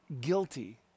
guilty